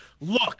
look